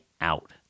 out